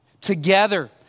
together